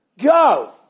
go